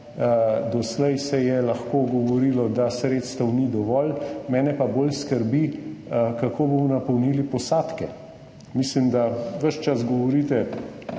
Doslej se je lahko govorilo, da sredstev ni dovolj, mene pa bolj skrbi, kako bomo napolnili posadke. Mislim, da ves čas govorite